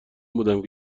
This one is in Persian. بودم